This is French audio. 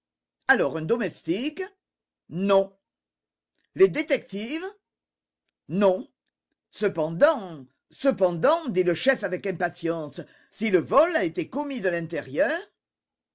alors un domestique non les détectives non cependant cependant dit le chef avec impatience si le vol a été commis de l'intérieur